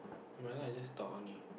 right now I just talk only